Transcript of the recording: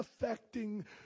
Affecting